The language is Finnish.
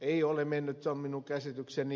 ei ole mennyt se on minun käsitykseni